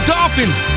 Dolphins